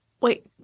Wait